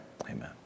amen